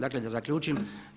Dakle da zaključim.